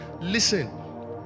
listen